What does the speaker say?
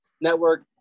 Network